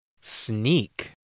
Sneak